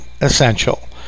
essential